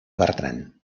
bertran